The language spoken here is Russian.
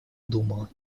думала